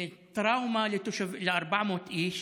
טראומה ל-400,00 איש,